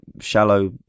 shallow